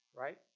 right